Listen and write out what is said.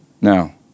Now